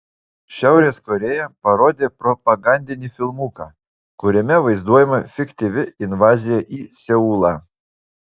šiaurės korėja parodė propagandinį filmuką kuriame vaizduojama fiktyvi invazija į seulą